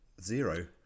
zero